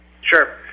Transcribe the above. Sure